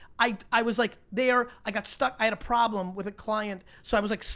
i i was like there, i got stuck, i had a problem with a client, so i was like,